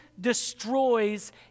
destroys